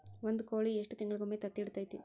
ಒಂದ್ ಕೋಳಿ ಎಷ್ಟ ತಿಂಗಳಿಗೊಮ್ಮೆ ತತ್ತಿ ಇಡತೈತಿ?